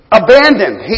abandoned